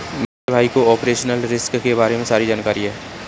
मेरे भाई को ऑपरेशनल रिस्क के बारे में सारी जानकारी है